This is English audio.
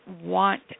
want